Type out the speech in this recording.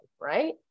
right